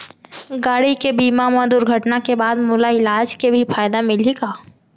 गाड़ी के बीमा मा दुर्घटना के बाद मोला इलाज के भी फायदा मिलही का?